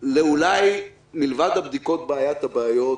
פרט לבדיקות, אולי לבעיית הבעיות